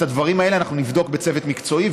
את הדברים האלה אנחנו נבדוק בצוות מקצועי,